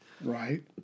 Right